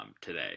today